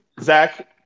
Zach